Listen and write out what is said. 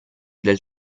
del